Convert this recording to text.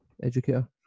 educator